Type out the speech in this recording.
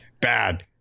Bad